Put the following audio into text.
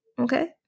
Okay